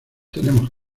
tenemos